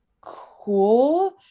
cool